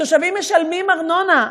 התושבים משלמים ארנונה.